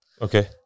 Okay